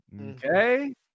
Okay